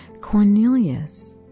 Cornelius